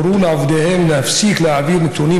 הורו לעובדיהם להפסיק להעביר נתונים